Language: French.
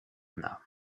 âme